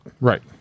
right